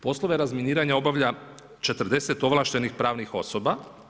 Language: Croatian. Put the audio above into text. Poslove razminiranja obavlja 40 ovlaštenih pravnih osoba.